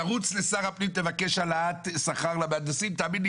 תרוץ לשר הפנים ותבקש העלאת שכר למהנדסים תאמין לי,